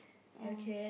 ya